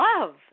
love